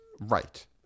Right